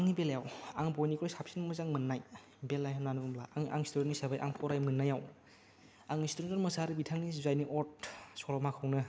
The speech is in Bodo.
आंनि बेलायाव आं बइनिख्रुइ साबसिन मोजां मोननाय बेलाय होनना बुङोब्ला आं स्टुडेन्ट हिसाबै आं फराय मोननायाव आं चित्तरन्जन मोसाहारि बिथांनि जुजायनि अर सल'माखौनो